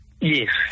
Yes